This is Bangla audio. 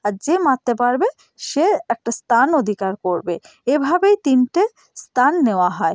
আর যে মারতে পারবে সে একটা স্থান অধিকার করবে এভাবেই তিনটে স্থান নেওয়া হয়